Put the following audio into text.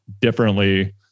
differently